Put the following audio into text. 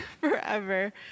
forever